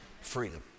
Freedom